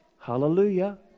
Hallelujah